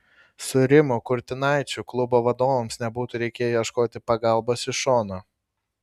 su rimu kurtinaičiu klubo vadovams nebūtų reikėję ieškoti pagalbos iš šono